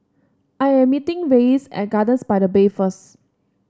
I am meeting Reyes at Gardens by the Bay first